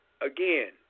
again